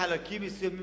בחלקים מסוימים,